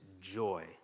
joy